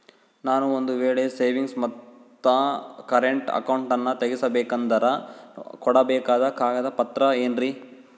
ನಾನು ಒಂದು ವೇಳೆ ಸೇವಿಂಗ್ಸ್ ಮತ್ತ ಕರೆಂಟ್ ಅಕೌಂಟನ್ನ ತೆಗಿಸಬೇಕಂದರ ಕೊಡಬೇಕಾದ ಕಾಗದ ಪತ್ರ ಏನ್ರಿ?